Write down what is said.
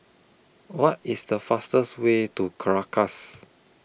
What IS The fastest Way to Caracas